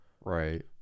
Right